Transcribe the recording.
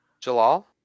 Jalal